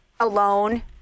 Alone